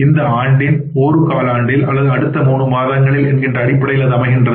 இந்த ஆண்டின் ஒரு காலாண்டில் அல்லது அடுத்த 3 மாதங்களில் என்கின்ற அடிப்படையில் அமைகின்றது